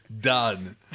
Done